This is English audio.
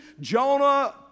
Jonah